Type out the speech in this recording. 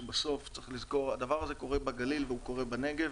שבסוף צריך לזכור שהדבר הזה קורה בגליל וקורה בנגב.